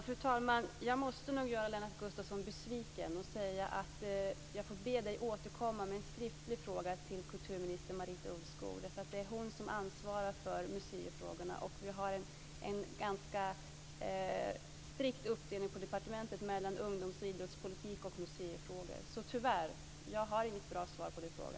Fru talman! Jag måste nog göra Lennart Gustavsson besviken och säga att jag får be honom återkomma med en skriftlig fråga till kulturminister Marita Ulvskog. Det är hon som ansvarar för museifrågorna, och vi har en ganska strikt uppdelning på departementet mellan ungdoms och idrottspolitik och museifrågor. Tyvärr har jag inget bra svar på din fråga.